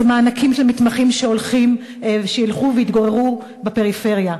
זה מענקים של מתמחים כדי שילכו ויתגוררו בפריפריה.